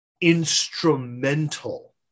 Instrumental